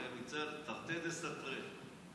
הרי זה תרתי דסתרי.